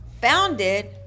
founded